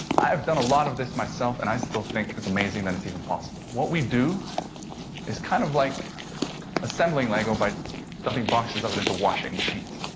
i have done a lot of this myself, and i still think it's amazing it's even possible. what we do is kind of like assembling lego by dumping boxes of it into washing machines,